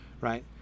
right